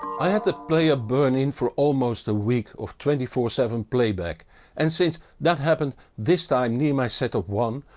i had the player burn in for almost a week of twenty four seven playback and since that happened this time near my setup one,